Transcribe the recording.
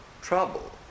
Trouble